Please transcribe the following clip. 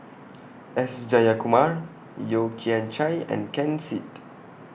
S Jayakumar Yeo Kian Chye and Ken Seet